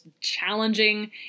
challenging